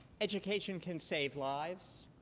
education can save lives.